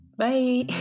Bye